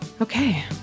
Okay